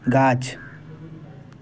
गाछ